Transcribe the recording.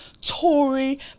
Tory